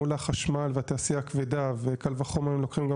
מול החשמל והתעשייה הכבדה וקל וחומר אם לוקחים גם